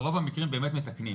ורוב המקרים באמת מתקנים